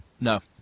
No